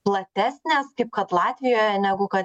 platesnės kaip kad latvijoje negu kad